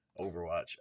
Overwatch